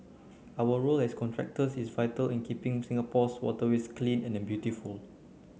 our role as contractors is vital in keeping Singapore's waterways clean and beautiful